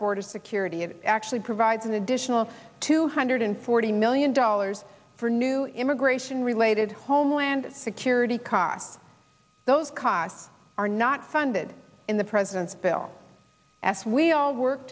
border security and actually provides an additional two hundred forty million dollars for new immigration related homeland security costs those costs are not funded in the president's bill as we all work